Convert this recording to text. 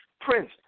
Prince